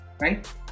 right